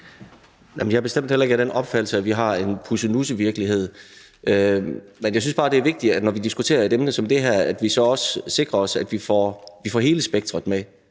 er bestemt heller ikke af den opfattelse, at vi har en pussenussevirkelighed, men jeg synes bare, at det er vigtigt, når vi diskuterer et emne som det her, at vi så også sikrer os, at vi får hele spektret med.